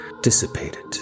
dissipated